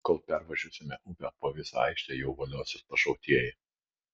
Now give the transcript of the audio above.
kol pervažiuosime upę po visą aikštelę jau voliosis pašautieji